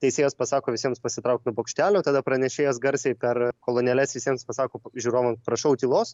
teisėjas pasako visiems pasitraukt nuo bokštelio tada pranešėjas garsiai per kolonėles visiems pasako žiūrovam prašau tylos